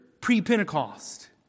pre-Pentecost